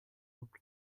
look